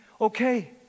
okay